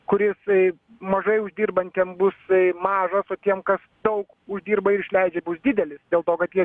kur jisai mažai uždirbantiem bus jisai mažas o tokiem kas daug uždirba ir išleidžia bus didelis dėl to kad jie